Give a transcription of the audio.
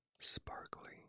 sparkly